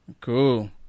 Cool